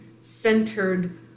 centered